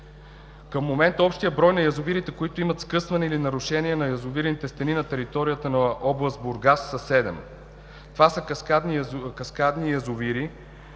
Към момента общият брой на язовирите, които имат скъсване или нарушение на язовирните стени на територията на област Бургас са седем. Това са каскадни язовири,